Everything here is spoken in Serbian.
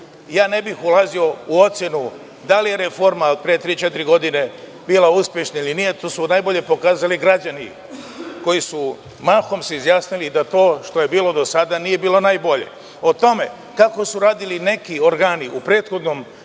Ne bih ulazio u ocenu da li je reforma od pre tri-četiri godine bila uspešna ili nije, to su najbolje pokazali građani koji su se mahom izjasnili da to što je bilo do sada nije bilo najbolje. O tome kako su radili neki organi u prethodnom